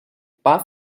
buff